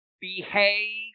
behave